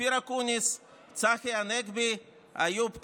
אופיר אקוניס, צחי הנגבי, איוב קרא,